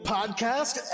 Podcast